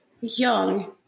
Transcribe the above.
young